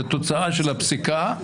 זה תוצאה של הפסיקה,